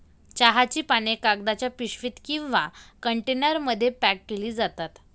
चहाची पाने कागदाच्या पिशवीत किंवा कंटेनरमध्ये पॅक केली जातात